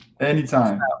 anytime